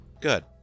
good